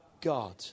God